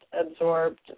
absorbed